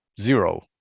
zero